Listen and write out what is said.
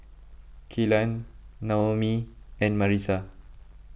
Kelan Noemie and Marisa